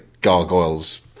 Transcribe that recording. Gargoyle's